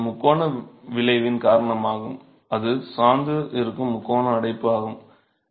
மேலும் இது முக்கோண விளைவின் காரணமாகும் அது சாந்து இருக்கும் முக்கோண அடைப்பு ஆகும்